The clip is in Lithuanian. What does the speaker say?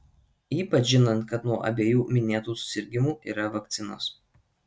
ypač žinant kad nuo abiejų minėtų susirgimų yra vakcinos